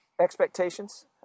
expectations